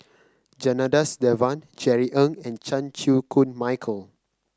Janadas Devan Jerry Ng and Chan Chew Koon Michael